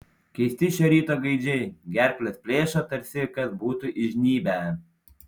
keisti šio ryto gaidžiai gerkles plėšo tarsi kas būtų įžnybę